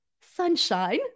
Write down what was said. Sunshine